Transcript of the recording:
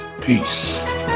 peace